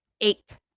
Eight